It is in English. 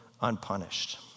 unpunished